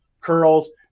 curls